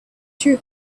two